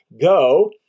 Go